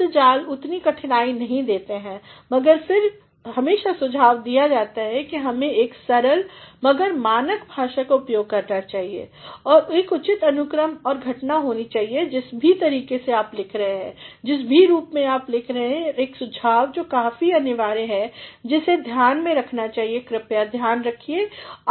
शब्दजाल उतनी कठिनाई नहीं देते हैं मगर फिर हमेशा सुझाव दिया जाता है कि हमें एक सरल मगर मानक भाषा उपयोग करना चाहिए और एक उचित अनुक्रम और घटना होनी है जिस भी तरीके से आप लिख रहे हैं जिस भी रूप में आप लिख रहे हैं और एक सुझाव जो काफी अनिवार्य है जिसे ध्यान में रखना है कृपया ध्यान रखिए